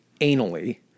anally